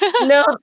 No